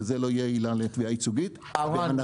שזה לא יהיה עילה לתביעה ייצוגית -- ערן,